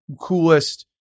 coolest